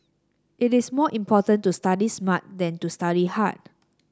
it is more important to study smart than to study hard